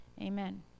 Amen